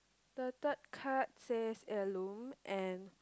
the third card says heirloom and